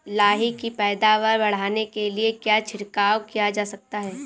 लाही की पैदावार बढ़ाने के लिए क्या छिड़काव किया जा सकता है?